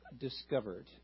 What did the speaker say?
discovered